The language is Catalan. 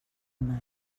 mai